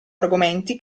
argomenti